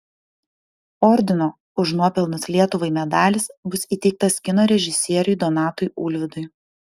ordino už nuopelnus lietuvai medalis bus įteiktas kino režisieriui donatui ulvydui